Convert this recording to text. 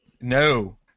No